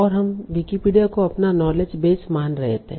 और हम विकिपीडिया को अपना नॉलेज बेस मान रहे थे